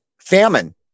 famine